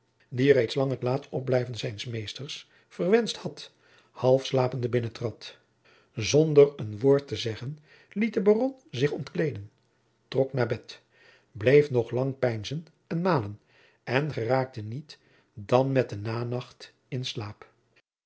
die reeds lang het laat opblijven zijns meesters verwenscht had half slapende binnentrad zonder een woord te zeggen liet de baron zich ontkleeden trok naar bed bleef nog lang peinzen en malen en geraakte niet dan met de nanacht in slaap